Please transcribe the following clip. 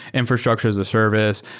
infrastructure as a service,